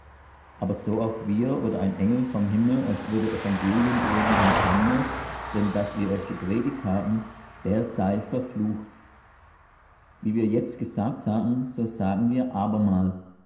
aber so auch wir oder ein engel vom himmel euch würde evangelium predigen anders denn das wir euch gepredigt haben der sei verflucht wie wir jetzt gesagt haben so sagen wir abermals